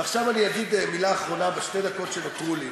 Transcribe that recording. עכשיו אני אגיד מילה אחרונה בשתי הדקות שנותרו לי,